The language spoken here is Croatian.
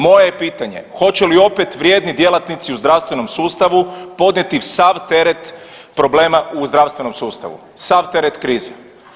Moje je pitanje, hoće li opet vrijedni djelatnici u zdravstvenom sustavu podnijeti sav teret problema u zdravstvenom sustavu, sav teret krize?